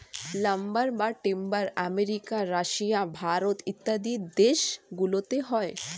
lumber বা timber America, Russia, Bharat ইত্যাদি দেশ গুলোতে হয়